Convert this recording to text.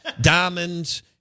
diamonds